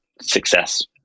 success